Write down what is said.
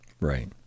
Right